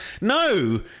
no